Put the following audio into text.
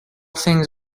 things